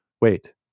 wait